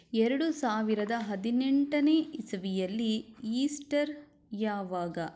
ಎರಡು ಸಾವಿರದ ಹದಿನೆಂಟನೇ ಇಸವಿಯಲ್ಲಿ ಈಸ್ಟರ್ ಯಾವಾಗ